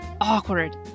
awkward